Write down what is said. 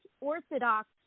Orthodox